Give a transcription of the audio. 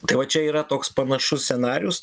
tai va čia yra toks panašus scenarijus